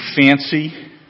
fancy